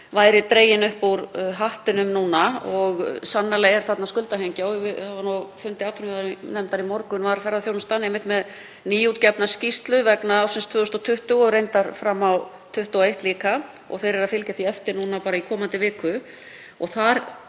væri dregin upp úr hattinum núna. Sannarlega er þarna skuldahengja. Á fundi atvinnuveganefndar í morgun var ferðaþjónustan einmitt með nýútgefna skýrslu vegna ársins 2020, og reyndar fram á 2021 líka, og þeir eru að fylgja því eftir núna bara í komandi viku. Þar